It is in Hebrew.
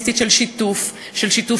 פיקוח יעיל ומקיף של המשטרה ושל גורמי הרווחה,